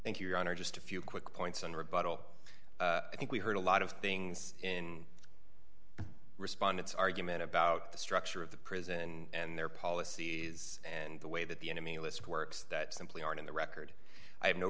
thank you your honor just a few quick points in rebuttal i think we heard a lot of things in respondents argument about the structure of the prison and their policies and the way that the enemy list works that simply aren't in the record i have no